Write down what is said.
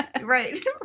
Right